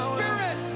Spirit